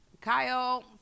Kyle